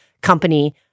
company